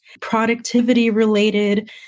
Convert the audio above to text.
productivity-related